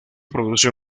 produce